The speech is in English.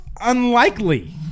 unlikely